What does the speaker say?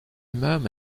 même